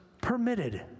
permitted